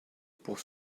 pour